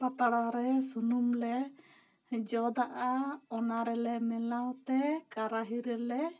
ᱯᱟᱛᱲᱟ ᱨᱮ ᱥᱩᱱᱩᱢ ᱞᱮ ᱡᱚᱫᱟᱜᱼᱟ ᱚᱱᱟ ᱨᱮᱞᱮ ᱢᱮᱞᱟᱣ ᱛᱮ ᱠᱟᱨᱟ ᱦᱤᱨᱟᱹᱞᱮ